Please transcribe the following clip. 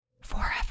forever